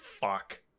fuck